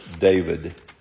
David